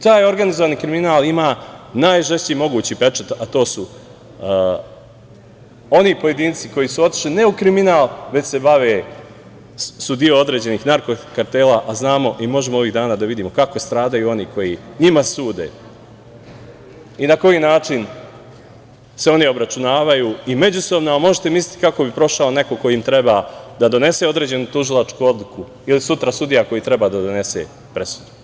Taj organizovani kriminal ima najžešći mogući pečat, a to su oni pojedinci koji su otišli ne u kriminal, već se bave, sudije određenih narko-kartela, a znamo i možemo ovih dana da vidimo kako stradaju oni koji njima sude i na koji način se oni obračunavaju i međusobno, a možete misliti kako bi prošao neko ko im treba da donese određenu tužilačku odluku ili sutra sudija koji treba da donese presudu.